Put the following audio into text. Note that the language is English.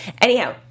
Anyhow